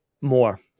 more